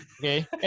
Okay